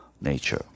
nature